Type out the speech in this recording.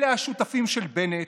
אלה השותפים של בנט,